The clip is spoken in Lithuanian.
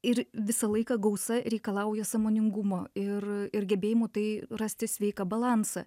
ir visą laiką gausa reikalauja sąmoningumo ir ir gebėjimų tai rasti sveiką balansą